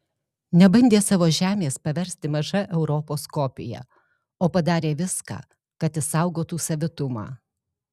nebandė savo žemės paversti maža europos kopija o padarė viską kad išsaugotų savitumą